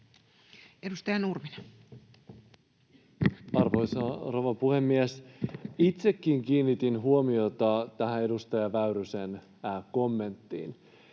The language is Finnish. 20:16 Content: Arvoisa rouva puhemies! Itsekin kiinnitin huomiota tähän edustaja Väyrysen kommenttiin.